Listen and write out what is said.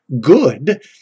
good